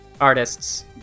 artists